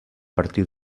partir